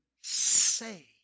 say